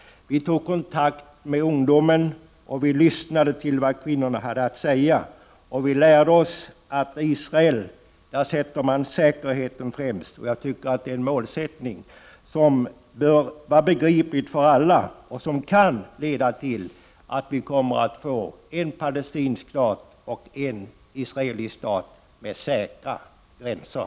Vi tog kontakt med ungdomen. Och vi lyssnade på vad kvinnorna hade att säga. Vi lärde oss att man i Israel sätter säkerheten främst. Jag tycker att det är en målsättning som bör vara begriplig för alla och som kan leda till att vi kommer att få en palestinsk stat och en israelisk stat med säkra gränser.